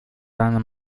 seine